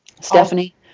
Stephanie